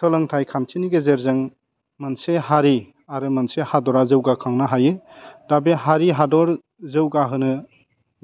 सोलोंथाइ खान्थिनि गेजेरजों मोनसे हारि आरो मोनसे हादरा जौगाखांनो हायो दा बे हारि हादर जौगाहोनो